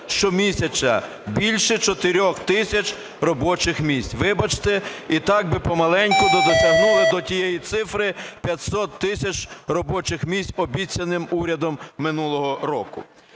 щомісяця більше 4 тисяч робочих місць. Вибачте, і так би помаленьку дотягнули до тієї цифри 500 тисяч робочих місць, обіцяних урядом минулого року.